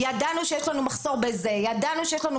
ידענו שיש לנו מחסור בזה וזה.